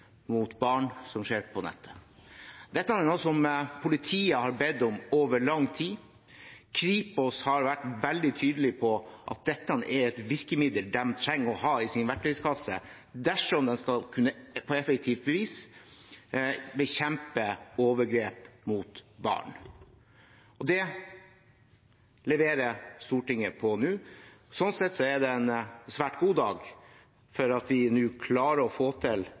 mot barn som skjer på nettet. Dette er noe som politiet har bedt om over lang tid. Kripos har vært veldig tydelig på at dette er et virkemiddel de trenger å ha i sin verktøykasse dersom de på effektivt vis skal kunne bekjempe overgrep mot barn. Det leverer Stortinget på nå. Sånn sett er det en svært god dag ved at vi nå klarer å få til